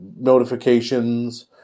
notifications